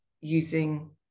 using